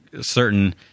certain